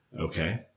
Okay